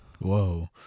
whoa